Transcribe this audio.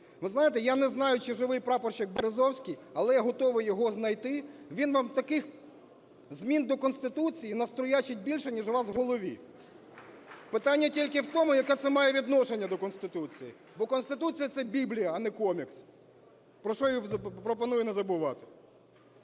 Ви знаєте, я не знаю, чи живий прапорщик Березовський, але я готовий його знайти. Він вам таких змін до Конституції наструячить більше, ніж у вас у голові. Питання тільки в тому, яке це має відношення до Конституції, бо Конституція – це Біблія, а не комікс, про що я пропоную не забувати.